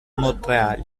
montréal